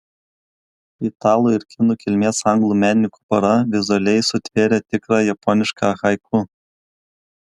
italų ir kinų kilmės anglų menininkų pora vizualiai sutvėrė tikrą japonišką haiku